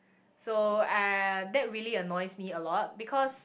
so uh that really annoys me a lot because